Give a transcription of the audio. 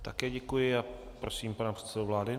Také děkuji a prosím pana předsedu vlády.